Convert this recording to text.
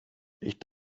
ich